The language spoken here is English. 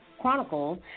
Chronicles